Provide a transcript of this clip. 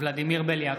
ולדימיר בליאק,